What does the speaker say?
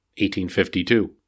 1852